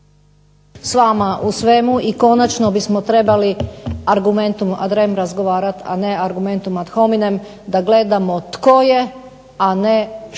s vama u svemu i konačno bismo trebali ... razgovarat a ne argumentom at hominem da gledamo tko je, a ne što